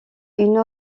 une